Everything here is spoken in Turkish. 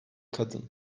kadın